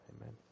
Amen